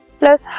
plus